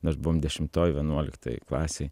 nors buvom dešimtoj vienuoliktoj klasėj